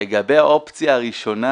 לגבי האופציה הראשונה,